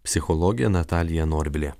psichologė natalija norvilė